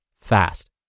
fast